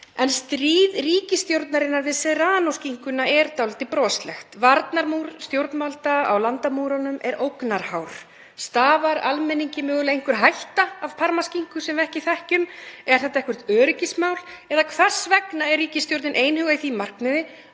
en stríð ríkisstjórnarinnar við serranóskinkuna er dálítið broslegt. Varnarmúr stjórnvalda á landamærunum er ógnarhár. Stafar almenningi mögulega einhver hætta af parmaskinku, sem við ekki þekkjum? Er þetta eitthvert öryggismál? Eða hvers vegna er ríkisstjórnin einhuga í því markmiði